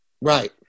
right